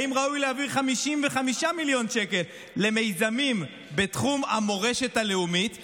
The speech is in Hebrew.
האם ראוי להעביר 55 מיליון שקל למיזמים בתחום המורשת הלאומית,